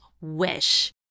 Wish